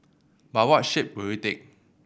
but what shape will it take